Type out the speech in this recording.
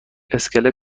اسکله